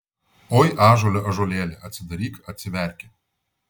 oi ąžuole ąžuolėli atsidaryk atsiverki